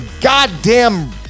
goddamn